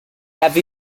have